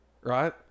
Right